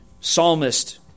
psalmist